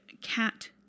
cat